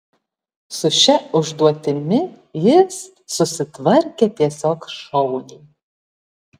su šia užduotimi jis susitvarkė tiesiog šauniai